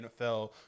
NFL